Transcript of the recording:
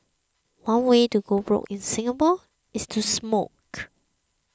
one way to go broke in Singapore is to smoke